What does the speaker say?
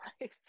life